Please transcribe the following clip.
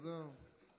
עזוב.